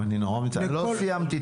מצטער, אני חייב עוד שנייה לסיים את